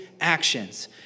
actions